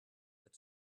that